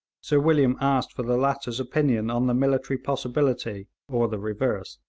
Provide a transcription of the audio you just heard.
sir william asked for the latter's opinion on the military possibility, or the reverse,